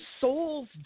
soul's